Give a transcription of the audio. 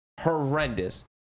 horrendous